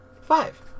Five